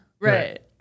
Right